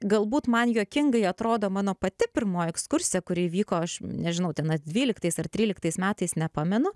galbūt man juokingai atrodo mano pati pirmoji ekskursija kuri vyko aš nežinau tenai dvyliktais ar tryliktais metais nepamenu